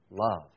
love